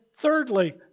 Thirdly